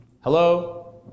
hello